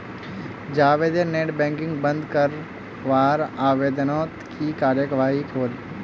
जावेदेर net banking बंद करवार आवेदनोत की कार्यवाही होल?